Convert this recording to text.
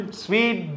sweet